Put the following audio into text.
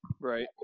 right